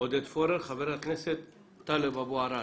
עודד פורר, חבר הכנסת טלב אבו עראר.